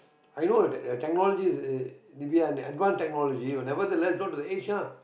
I know that technology is is uh advance technology but nevertheless not at their age lah